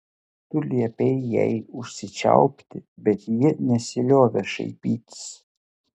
tu liepei jai užsičiaupti bet ji nesiliovė šaipytis